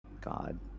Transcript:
God